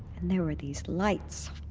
there were these lights.